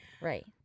Right